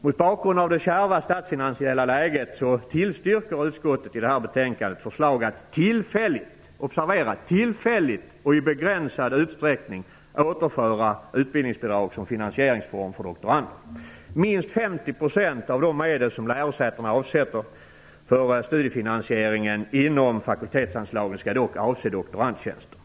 Mot bakgrund av det kärva statsfinansiella läget tillstyrker utskottet regeringens förslag att tillfälligt - observera tillfälligt - och i begränsad utsträckning återinföra utbildningsbidrag som finansieringsform för doktorander. Minst 50 % av de medel som lärosätena avsätter för studiefinansieringen inom fakultetsanslagen skall dock avse doktorandtjänster.